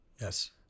Yes